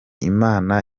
imana